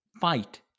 fight